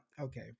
Okay